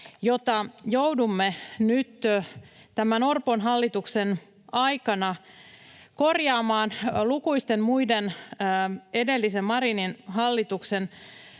jota joudumme nyt tämän Orpon hallituksen aikana korjaamaan, kuten lukuisia muita, edellisen Marinin hallituksen